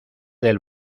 del